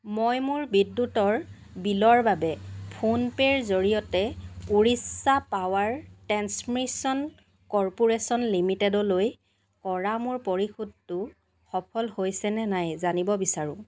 মই মোৰ বিদ্যুতৰ বিলৰ বাবে ফোন পে'ৰ জৰিয়তে উৰিষ্যা পাৱাৰ ট্ৰেন্সমিশ্যন কৰ্পোৰেচন লিমিটেডলৈ কৰা মোৰ পৰিশোধটো সফল হৈছেনে নাই জানিব বিচাৰোঁ